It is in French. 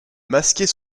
masquer